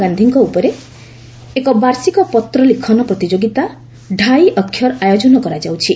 ଗାକ୍ଷୀଙ୍କ ଉପରେ ଏକ ବାର୍ଷିକ ପତ୍ର ଲିଖନ ପ୍ରତିଯୋଗିତା 'ଢାଇ ଅକ୍ଷର' ଆୟୋଜନ କରାଯାଉଛି